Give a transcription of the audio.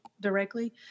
directly